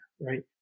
Right